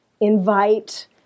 invite